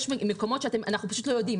אנחנו פשוט לא יודעים.